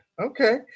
okay